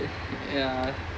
g~ ya